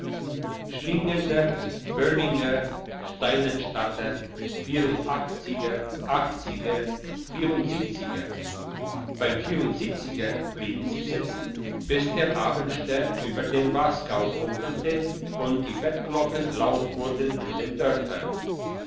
schliengener böllinger steinenstatter vierundachtziger achtziger vierundsiebenziger beim vierundsiebenziger blieben sie sitzen bis der abendstern über dem wasgau funkelte und die bettglocken laut wurden in den dörfern